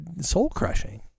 soul-crushing